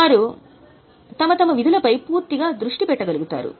వారు తమ విధులపై పూర్తిగా దృష్టి పెట్టగలరు